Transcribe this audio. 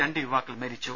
രണ്ടു യുവാക്കൾ മരിച്ചു